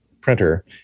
printer